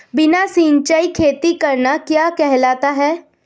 बिना सिंचाई खेती करना क्या कहलाता है?